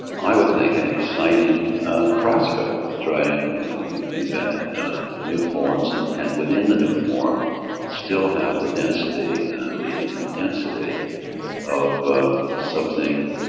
i would think an exciting prospect to try to invent new forms and and within the new form still have the density and the intensity of something